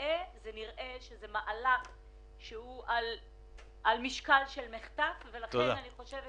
נראה שזה מהלך שהוא על משקל של מחטף ולכן אני חושבת